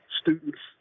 students